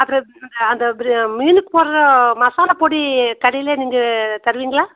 அப்புறம் அந்த மீனுக்கு போடுற மசாலாப்பொடி கடையிலேயே நீங்கள் தருவீங்களா